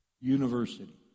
University